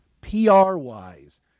PR-wise